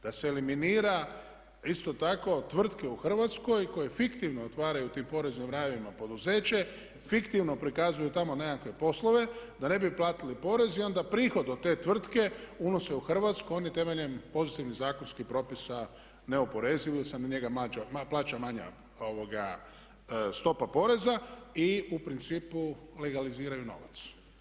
Da se eliminira isto tako tvrtke u Hrvatskoj koje fiktivno otvaraju tim poreznim rajevima poduzeće, fiktivno prikazuju tamo nekakve poslove da ne bi platili porez i onda prihod od te tvrtke unose u Hrvatsku oni temeljem pozitivnih zakonskih propisa neoporezivo jer se na njega plaća manja stopa poreza i u principu legaliziraju novac.